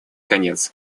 конец